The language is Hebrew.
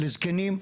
לזקנים,